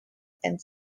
and